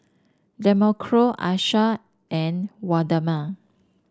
Demarco Aisha and Waldemar